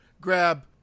grab